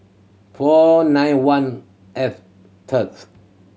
four nine one F